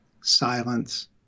silence